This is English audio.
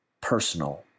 personal